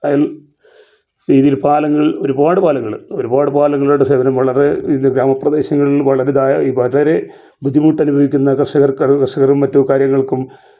അയൽ രീതിയിൽ പാലങ്ങൾ ഒരുപാട് പാലങ്ങള് ഒരുപാട് പാലങ്ങൾടെ സേവനം വളരെ ഗ്രാമപ്രദേശങ്ങളിൽ വളരെ ഇതായ വളരെ ബുദ്ധിമുട്ടനുഭവിയ്ക്കുന്ന കർഷകർക്കത് കർഷകരും മറ്റ് കാര്യങ്ങൾക്കും